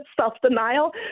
self-denial